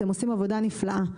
אתם עושים עבודה נפלאה,